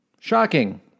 Shocking